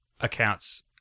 accounts